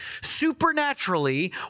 supernaturally